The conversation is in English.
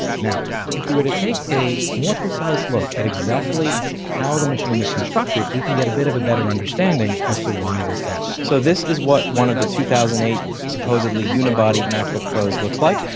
now if we were to take a more precise look at exactly how the machine is constructed we can get a bit of a better understanding as to why this happened. so this is what one of the two thousand and eight supposedly unibody macbook pros looks like.